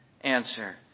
Answer